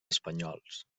espanyols